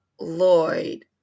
Lloyd